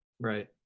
right